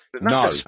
No